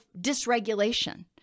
dysregulation